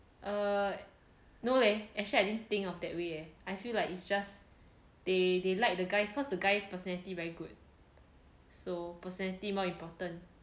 err no leh actually I didn't think of that way I feel like it's just they they like the guys because the guy personality very good so personality more important